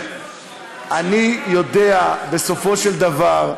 אני יודע, בסופו של דבר,